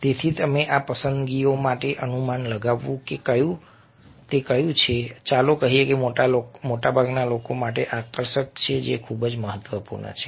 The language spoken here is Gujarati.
તેથી આ પસંદગીઓ અને અનુમાન લગાવવું કે કયું હશે ચાલો કહીએ કે મોટાભાગના લોકો માટે આકર્ષક છે જે ખૂબ જ મહત્વપૂર્ણ છે